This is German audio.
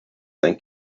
sein